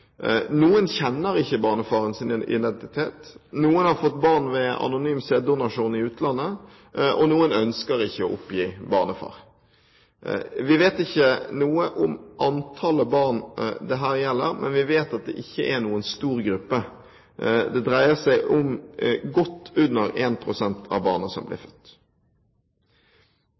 Noen kjenner ikke barnefarens identitet, noen har fått barn ved anonym sæddonasjon i utlandet, og noen ønsker ikke å oppgi barnefar. Vi vet ikke noe om antallet barn dette gjelder, men vi vet at det ikke er noen stor gruppe. Det dreier seg om godt under 1 pst. av barna som blir født.